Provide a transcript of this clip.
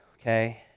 okay